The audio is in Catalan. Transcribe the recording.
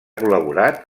col·laborat